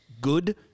good